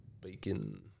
bacon